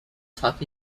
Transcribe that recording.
tuck